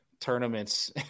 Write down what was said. tournaments